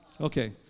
Okay